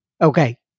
Okay